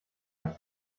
hat